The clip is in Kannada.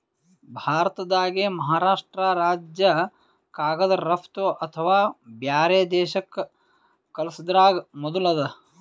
ಭಾರತ್ದಾಗೆ ಮಹಾರಾಷ್ರ್ಟ ರಾಜ್ಯ ಕಾಗದ್ ರಫ್ತು ಅಥವಾ ಬ್ಯಾರೆ ದೇಶಕ್ಕ್ ಕಲ್ಸದ್ರಾಗ್ ಮೊದುಲ್ ಅದ